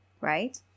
right